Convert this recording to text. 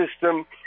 system